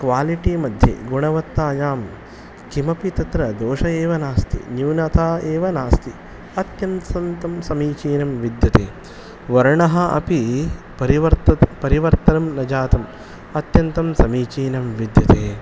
quality मध्ये गुणवत्तायां किमपि तत्र दोष एव नास्ति न्यूनता एव नास्ति अत्यन्तं समीचीनं विद्यते वर्णः अपि परिवर्तनं परिवर्तनं न जातम् अत्यन्तं समीचीनं विद्यते